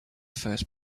first